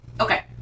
okay